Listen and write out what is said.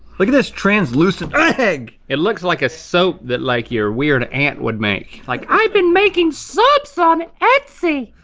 look at this translucent egg! it looks like a soap that like your weird aunt would make. like i've been making soaps on etsy!